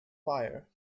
fire